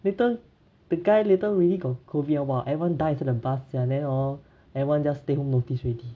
later the guy later really got COVID ah !wah! everyone dies to the bus sia then hor everyone just stay home notice already